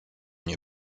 nie